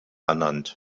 ernannt